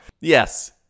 Yes